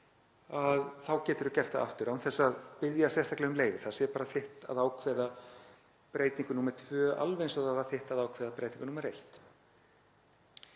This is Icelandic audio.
geturðu gert það aftur án þess að biðja sérstaklega um leyfi. Það sé þitt að ákveða breytingu númer tvö, alveg eins og það var þitt að ákveða breytingu númer eitt.